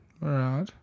Right